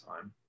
time